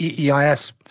EIS